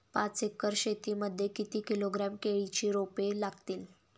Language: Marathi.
पाच एकर शेती मध्ये किती किलोग्रॅम केळीची रोपे लागतील?